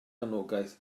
anogaeth